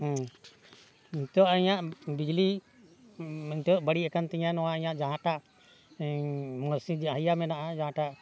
ᱦᱮᱸ ᱱᱤᱛᱳᱜ ᱤᱧᱟᱹᱜ ᱵᱤᱡᱽᱞᱤ ᱱᱤᱛᱳᱜ ᱵᱟᱹᱲᱤᱡ ᱟᱠᱟᱱ ᱛᱤᱧᱟᱹ ᱱᱚᱣᱟ ᱤᱧᱟᱹᱜ ᱡᱟᱦᱟᱸᱴᱟᱜ ᱢᱚᱥᱥᱤ ᱤᱭᱟᱹ ᱢᱮᱱᱟᱜᱼᱟ ᱡᱟᱦᱟᱸᱴᱟᱜ